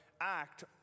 act